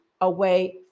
away